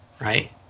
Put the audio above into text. right